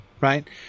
right